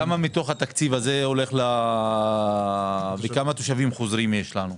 כמה מתוך התקציב הזה הולך וכמה תושבים חוזרים יש לנו?